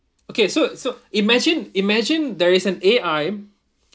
okay so so imagine imagine there is an A_I